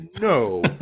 No